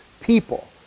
people